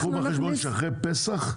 קחו בחשבון שאחרי פסח,